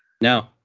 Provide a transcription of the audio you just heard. No